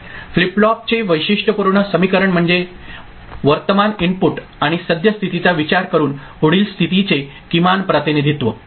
flip फ्लॉपचे वैशिष्ट्यपूर्ण समीकरण म्हणजे वर्तमान इनपुट आणि सद्य स्थितीचा विचार करून पुढील स्थितीचे किमान प्रतिनिधित्व